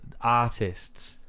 artists